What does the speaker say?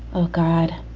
oh, god,